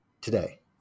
today